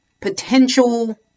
potential